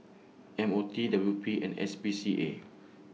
M O T W P and S P C A